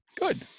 Good